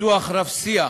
בפיתוח רב-שיח